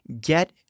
get